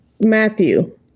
Matthew